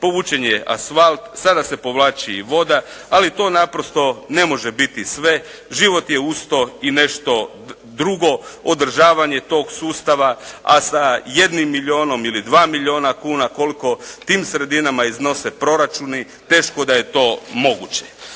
povućen je asvalt, sada se povlači i voda, ali to naprosto ne može biti sve, život je uz to i nešto drugo, održavanje toga sustava a sa jednim milijunom ili dva milijuna kuna, koliko, tim sredinama iznose proračuni, teško da je to moguće.